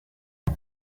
uyu